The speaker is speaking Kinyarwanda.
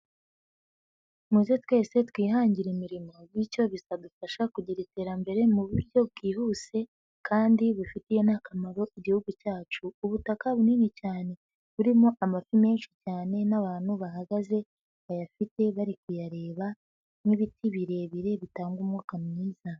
Muze twese twihangire imirimo bityo bizadufasha kugira iterambere mu buryo bwihuse kandi bufitiye n'akamaro igihugu cyacu. Ubutaka bunini cyane, burimo amafi menshi cyane n'abantu bahagaze bayafite bari kuyareba n'ibiti birebire bitanga umwuka mwiza.